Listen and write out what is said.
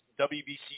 WBC